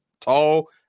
tall